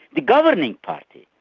the governing party,